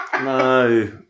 No